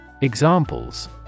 Examples